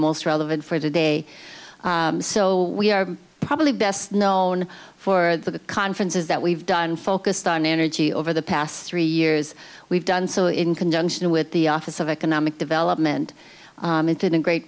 most relevant for today so we are probably best known for the conferences that we've done focused on energy over the past three years we've done so in conjunction with the office of economic development and in a great